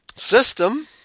System